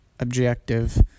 objective